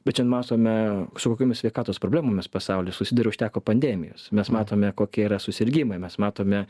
bet šiandien matome su kokiomis sveikatos problemomis pasaulis susiduria užteko pandemijos mes matome kokie yra susirgimai mes matome